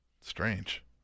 Strange